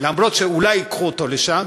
אף-על-פי שאולי ייקחו אותו לשם,